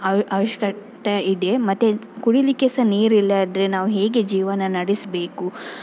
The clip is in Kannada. ಅವಶ್ ಅವಶ್ಯಕತೆ ಇದೆ ಮತ್ತು ಕುಡಿಯಲಿಕ್ಕೆ ಸಹ ನೀರಿಲ್ಲಾದರೆ ನಾವು ಹೇಗೆ ಜೀವನ ನಡೆಸಬೇಕು